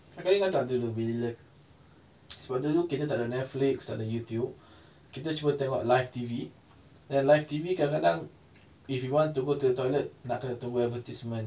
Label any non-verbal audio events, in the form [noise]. kakak ingat tak dulu beza eh [noise] sebab dulu kita takde netflix takde youtube kita cuma tengok live T_V and live T_V kadang-kadang if you want to go to the toilet nak kena tunggu advertisement